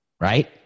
right